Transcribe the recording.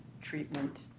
treatment